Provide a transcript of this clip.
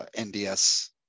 NDS